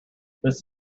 this